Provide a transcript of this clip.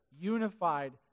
unified